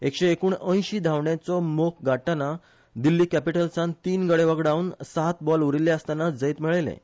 एकशे एकूण अयशी धांवड्यांचो मोख गाठताना दिल्ली कॅपीटल्सान तीन गडे व्हगडावन सात बॉल उरिल्ले आसताना जैत मेळयलें